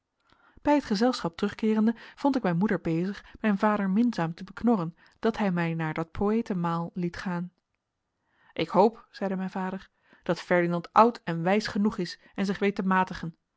bij het gezelschap terugkeerende vond ik mijn moeder bezig mijn vader minzaam te beknorren dat hij mij naar dat poëtenmaal liet gaan ik hoop zeide mijn vader dat ferdinand oud en wijs genoeg is en zich weet te matigen